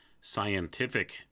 scientific